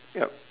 yup